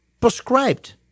prescribed